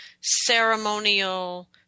ceremonial